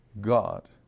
God